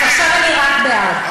אז עכשיו אני רק בעד.